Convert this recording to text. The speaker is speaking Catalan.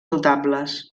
notables